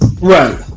Right